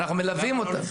אנחנו מלווים אותם.